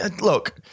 Look